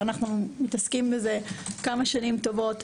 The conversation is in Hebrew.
אנו מתעסקים בזה שנים טובות.